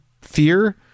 fear